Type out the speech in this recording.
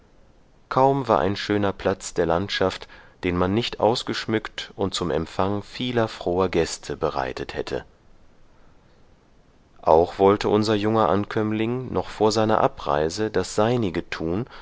kaum war ein schöner platz der landschaft den man nicht ausgeschmückt und zum empfang vieler froher gäste bereitet hätte auch wollte unser junger ankömmling noch vor seiner abreise das seinige tun